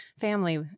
family